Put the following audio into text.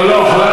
אז חמד, לא, לא.